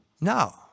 No